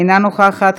אינה נוכחת,